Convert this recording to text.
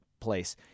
place